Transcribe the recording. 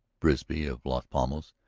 bisbee, of las palmas,